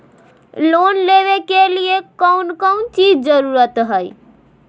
Loan लेबे के लिए कौन कौन चीज के जरूरत है?